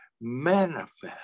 manifest